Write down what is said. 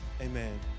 Amen